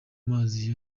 mazi